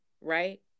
Right